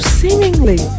seemingly